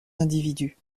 d’individus